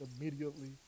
immediately